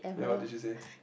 then what did you say